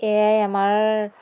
এয়াই আমাৰ